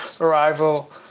Arrival